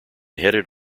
headed